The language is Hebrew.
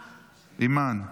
אימאן.